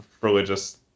religious